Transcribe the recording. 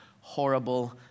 horrible